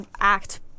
act